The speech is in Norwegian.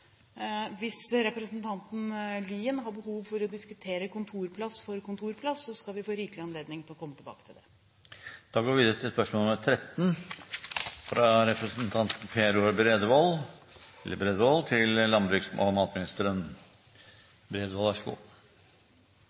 Hvis representanten Lien har behov for å diskutere kontorplass for kontorplass, skal vi få rikelig anledning til å komme tilbake til det. Jeg ønsker å stille følgende spørsmål